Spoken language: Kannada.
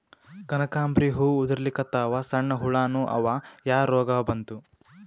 ಕನಕಾಂಬ್ರಿ ಹೂ ಉದ್ರಲಿಕತ್ತಾವ, ಸಣ್ಣ ಹುಳಾನೂ ಅವಾ, ಯಾ ರೋಗಾ ಬಂತು?